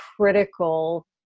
critical